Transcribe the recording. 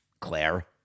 Claire